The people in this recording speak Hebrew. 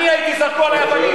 אני הייתי, זרקו עלי אבנים.